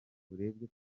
urebye